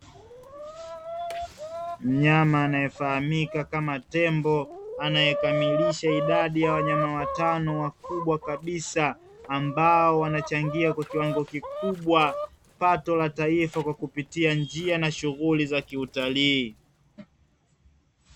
Mnyama anayefahamika kama tembo, anayekamilisha idadi ya wanyama watano wakubwa kabisa, ambao wanachangia kwa kiwango kikubwa, pato la taifa kwa kupitia njia na shughuli za kiutalii.